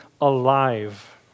alive